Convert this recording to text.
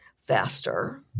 faster